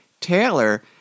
Taylor